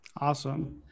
Awesome